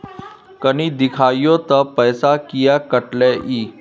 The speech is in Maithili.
कनी देखियौ त पैसा किये कटले इ?